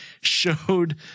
showed